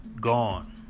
gone